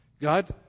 God